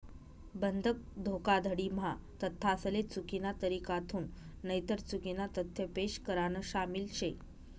बंधक धोखाधडी म्हा तथ्यासले चुकीना तरीकाथून नईतर चुकीना तथ्य पेश करान शामिल शे